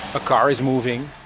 a car is moving.